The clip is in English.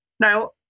Now